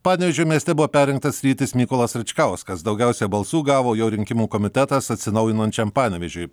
panevėžio mieste buvo perrinktas rytis mykolas račkauskas daugiausiai balsų gavo jo rinkimų komitetas atsinaujinančiam panevėžiui